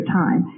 time